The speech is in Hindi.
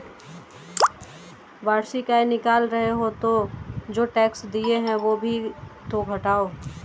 वार्षिक आय निकाल रहे हो तो जो टैक्स दिए हैं वो भी तो घटाओ